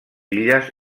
illes